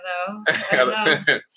Hello